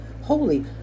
holy